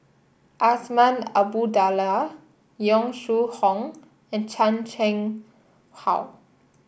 Azman Abdullah Yong Shu Hoong and Chan Chang How